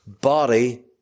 body